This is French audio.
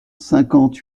cinquante